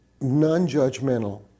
non-judgmental